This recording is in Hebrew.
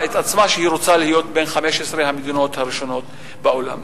את עצמה: שהיא רוצה להיות בין 15 המדינות הראשונות בעולם.